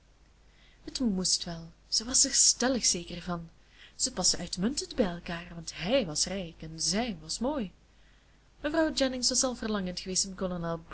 het moest wel ze was er stellig zeker van ze pasten uitmuntend bij elkaar want hij was rijk en zij was mooi mevrouw jennings was al verlangend geweest om